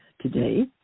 today